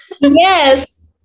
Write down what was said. Yes